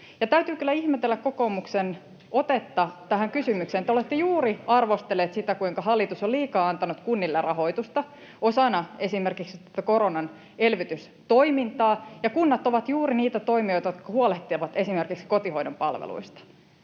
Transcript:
Täytyy kyllä ihmetellä kokoomuksen otetta tähän kysymykseen. Te olette juuri arvostelleet sitä, kuinka hallitus on liikaa antanut kunnille rahoitusta osana esimerkiksi tätä koronan elvytystoimintaa, ja kunnat ovat juuri niitä toimijoita, jotka huolehtivat esimerkiksi kotihoidon palveluista.